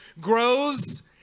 grows